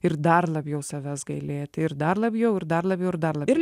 ir dar labiau savęs gailėti ir dar labiau ir dar labiau ir dar labiau